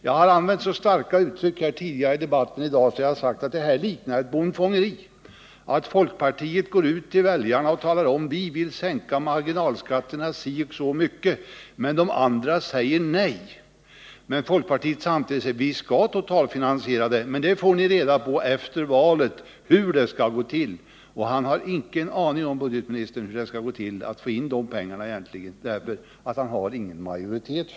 Jag har redan tidigare i debatten i dag använt starka uttryck och sagt att detta liknar bondfångeri. Folkpartiet går ut till väljarna och säger: Vi vill sänka marginalskatterna si och så mycket, men de andra säger nej. Folkpartiet säger samtidigt att marginalskattesänkningen skall totalfinansieras men att väljarna först efter valet skall få veta hur det skall gå till. Budgetministern har egentligen inte en aning om hur det skall gå till att få in de pengar som behövs, eftersom han inte har någon majoritet.